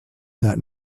that